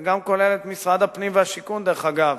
זה גם כולל את משרד הפנים ומשרד השיכון, דרך אגב,